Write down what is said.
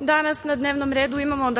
danas na dnevnom redu imamo